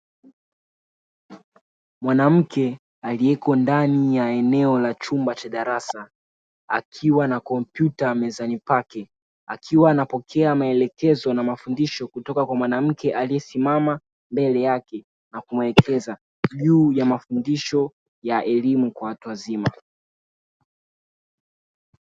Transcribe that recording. Mwanamke aliyeko ndani ya eneo la chumba cha darasa akiwa na kompyuta mezani pake akiwa anapokea maelekezo na mafundisho kutoka kwa mwanamke aliyesimama mbele yake na kumwelekeza juu ya mafundisho ya elimu kwa watu wazima.